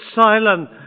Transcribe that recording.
silent